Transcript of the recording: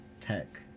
tech